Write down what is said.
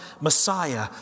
Messiah